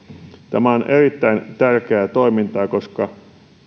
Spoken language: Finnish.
tämä on erittäin tärkeää toimintaa koska